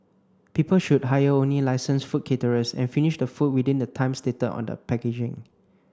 people should hire only licensed food caterers and finish the food within the time stated on the packaging